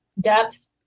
Depth